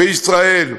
בישראל.